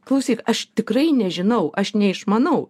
klausyk aš tikrai nežinau aš neišmanau